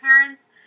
parents